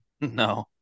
No